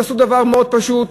תעשו דבר מאוד פשוט,